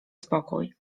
spokój